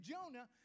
Jonah